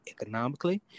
economically